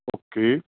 okay